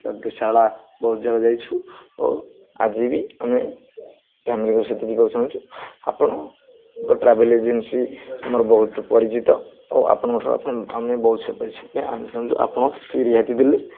ତା'ପରେ ଶାରଳା ବହୁତ ଜାଗା ଯାଇଛୁ ଓ ଆଜି ବି ଆମେ ଫ୍ୟାମିଲିଙ୍କ ସହିତ ଯିବାକୁ ଚାହୁଁଛୁ ଆପଣଙ୍କ ଟ୍ରାଭେଲ ଏଜେନ୍ସି ଆମର ବହୁତ ପରିଚିତ ଓ ଆପଣଙ୍କଠାରୁ ଆପଣ ଆମେ ବହୁତ ଆମେ ଚାହୁଁଛୁ ଆପଣ ସେ ରିହାତି ଦେଲେ